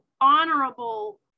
honorable